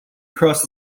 crossed